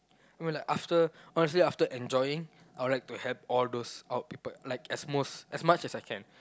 I mean like after honestly after enjoying I would like to help all those out people as most as much as I can